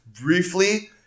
briefly